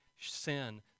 sin